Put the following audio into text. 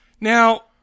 Now